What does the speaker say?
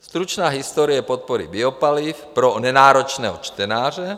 Stručná historie podpory biopaliv pro nenáročného čtenáře;